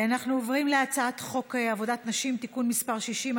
אנחנו עוברים להצעת חוק עבודת נשים (תיקון מס' 60),